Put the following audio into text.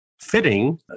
fitting